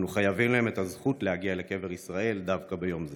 אנו חייבים להם את הזכות להגיע לקבר ישראל דווקא ביום זה.